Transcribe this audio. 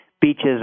beaches